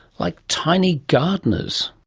like tiny gardeners.